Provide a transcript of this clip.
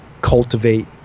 cultivate